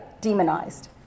demonized